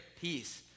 peace